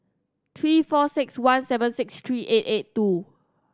three four six one seven six three eight eight two